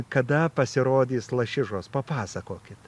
kada pasirodys lašišos papasakokit